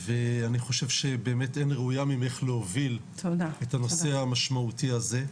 ואני חושב שבאמת אין ראויה ממך להוביל את הנושא המשמעותי הזה.